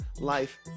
life